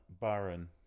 baron